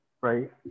right